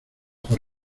por